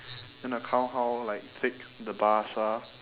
gonna count how like thick the bars are